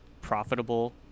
profitable